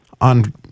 on